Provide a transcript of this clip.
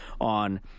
on